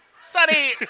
Sunny